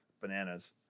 bananas